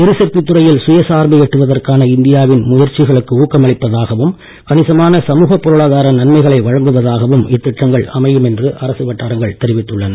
எரிசக்தி துறையில் சுயசார்பை எட்டுவதற்கான இந்தியாவின் முயற்சிகளுக்கு ஊக்கமளிப்பதாகவும் கணிசமான சமூகப் பொருளாதார நன்மைகளை வழங்குவதாகவும் இத்திட்டங்கள் அமையும் என அரசு வட்டாரங்கள் தெரிவித்துள்ளன